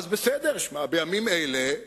בימים אלה,